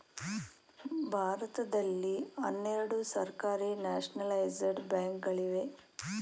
ಭಾರತದಲ್ಲಿ ಹನ್ನೆರಡು ಸರ್ಕಾರಿ ನ್ಯಾಷನಲೈಜಡ ಬ್ಯಾಂಕ್ ಗಳಿವೆ